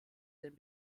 den